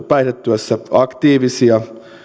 päihdetyössä aktiivisia